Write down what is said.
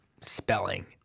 spelling